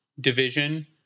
division